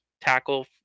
tackle